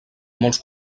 molts